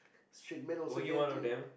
straight men also get into it